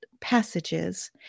Passages